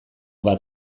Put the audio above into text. bat